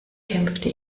kämpfte